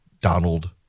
Donald